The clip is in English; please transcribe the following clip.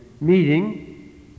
meeting